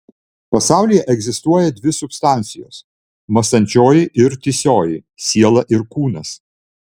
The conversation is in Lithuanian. pasaulyje egzistuoja dvi substancijos mąstančioji ir tįsioji siela ir kūnas